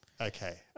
okay